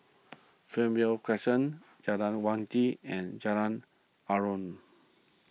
Fernvale Crescent Jalan Wangi and Jalan Aruan